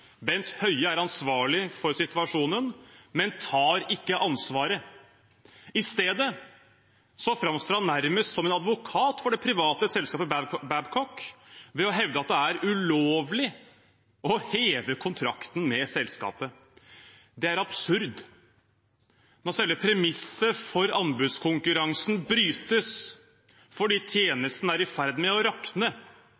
Bent Høie er ansvarlig for situasjonen, men tar ikke ansvaret. I stedet framstår han nærmest som en advokat for det private selskapet Babcock ved å hevde at det er ulovlig å heve kontrakten med selskapet. Det er absurd. Når selve premisset for anbudskonkurransen brytes fordi